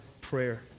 prayer